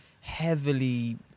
heavily